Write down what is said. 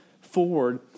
forward